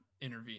intervene